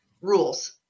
rules